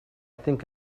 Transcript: think